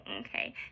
okay